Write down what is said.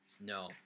No